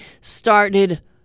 started